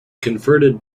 converted